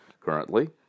Currently